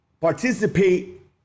participate